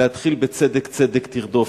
להתחיל ב"צדק צדק תרדף".